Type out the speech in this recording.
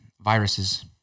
viruses